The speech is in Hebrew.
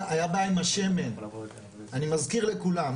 שנה, אני מזכיר לכולם.